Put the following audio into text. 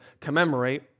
commemorate